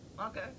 Okay